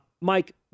Mike